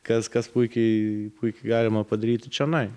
kas kas puikiai puikiai galima padaryti čionai